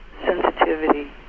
Sensitivity